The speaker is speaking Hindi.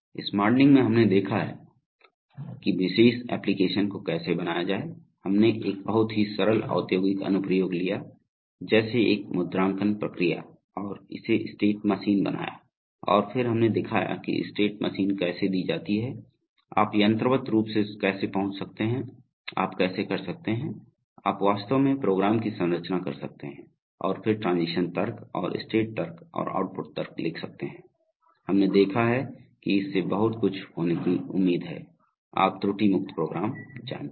इस मॉडलिंग में हमने देखा है कि विशेष एप्लिकेशन को कैसे बनाया जाए हमने एक बहुत ही सरल औद्योगिक अनुप्रयोग लिया जैसे एक मुद्रांकन प्रक्रिया और इसे स्टेट मशीन बनाया और फिर हमने दिखाया कि स्टेट मशीन कैसे दी जाती है आप यंत्रवत् रूप से कैसे पहुंच सकते हैं आप कैसे कर सकते हैं आप वास्तव में प्रोग्राम की संरचना कर सकते हैं और फिर ट्रांजीशन तर्क और स्टेट तर्क और आउटपुट तर्क लिख सकते हैं हमने देखा है कि इससे बहुत कुछ होने की उम्मीद है आप त्रुटि मुक्त प्रोग्राम जानते हैं